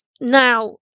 Now